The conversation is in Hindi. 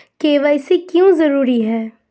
के.वाई.सी क्यों जरूरी है?